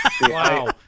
Wow